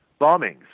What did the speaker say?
bombings